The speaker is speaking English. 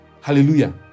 Hallelujah